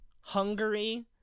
Hungary